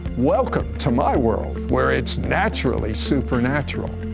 welcome to my world where it's naturally supernatural!